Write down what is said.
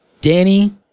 Danny